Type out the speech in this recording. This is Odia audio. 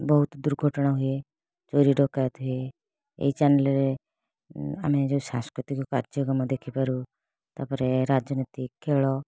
ବହୁତ ଦୁର୍ଘଟଣା ହୁଏ ଚୋରି ଡକାୟତ ହୁଏ ଏହି ଚ୍ୟାନେଲରେ ଆମେ ଯେଉଁ ସାଂସ୍କୃତିକ କାର୍ଯ୍ୟକ୍ରମ ଦେଖିପାରୁ ତା'ପରେ ରାଜନୀତି ଖେଳ